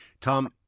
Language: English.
Tom